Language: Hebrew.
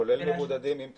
כולל מבודדים עם תסמינים.